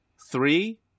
three